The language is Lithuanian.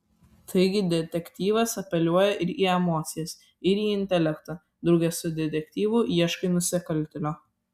taigi detektyvas apeliuoja ir į emocijas ir į intelektą drauge su detektyvu ieškai nusikaltėlio